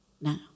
now